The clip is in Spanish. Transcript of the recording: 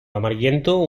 amarillento